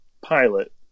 pilot